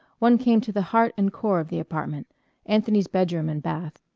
one came to the heart and core of the apartment anthony's bedroom and bath.